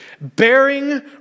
bearing